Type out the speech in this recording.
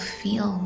feel